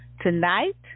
Tonight